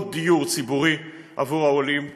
עוד דיור ציבורי עבור העולים,